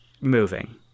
moving